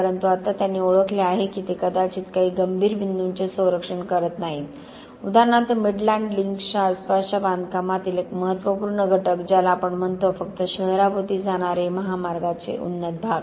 परंतु आता त्यांनी ओळखले आहे की ते कदाचित काही गंभीर बिंदूंचे संरक्षण करत नाहीत उदाहरणार्थ मिडलँड लिंक्सच्या आसपासच्या बांधकामातील एक महत्त्वपूर्ण घटक ज्याला आपण म्हणतो फक्त शहराभोवती जाणारे महामार्गाचे उन्नत भाग